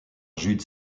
jude